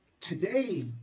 Today